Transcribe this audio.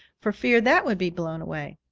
for fear that would be blown away.